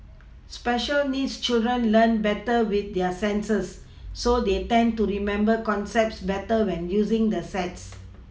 special needs children learn better with their senses so they tend to remember concepts better when using the sets